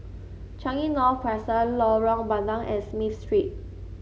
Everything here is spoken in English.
Changi North Crescent Lorong Bandang and Smith Street